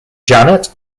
janet